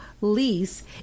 lease